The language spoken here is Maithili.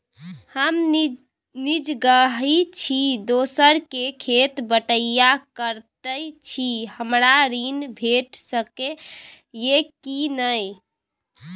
हम निजगही छी, दोसर के खेत बटईया करैत छी, हमरा ऋण भेट सकै ये कि नय?